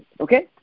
okay